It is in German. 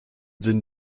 sinn